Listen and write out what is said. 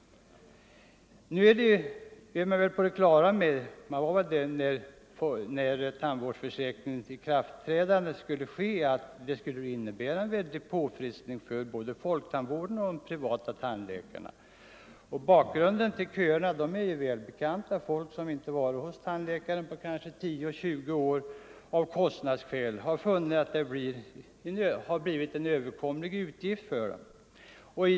Man var väl på det klara med att tandvårdsförsäkringens ikraftträdande skuile innebära en väldig påfrestning för både folktandvården och de privata tandläkarna. Bakgrunden till köerna är välbekant. Folk som av kostnadsskäl inte varit hos tandläkaren på 10 — 20 år har funnit att tandvården nu är en överkomlig utgift för dem.